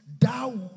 Thou